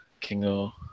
Kingo